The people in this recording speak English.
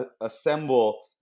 assemble